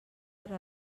per